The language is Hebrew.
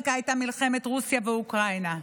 וברקע הייתה מלחמת רוסיה ואוקראינה.